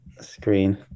screen